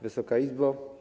Wysoka Izbo!